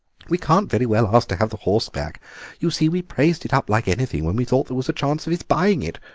we can't very well ask to have the horse back you see, we praised it up like anything when we thought there was a chance of his buying it,